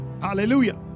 Hallelujah